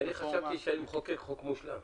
אני חשבתי שאני מחוקק חוק מושלם.